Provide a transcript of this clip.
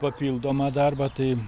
papildomą darbą tai